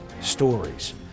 stories